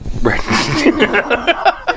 Right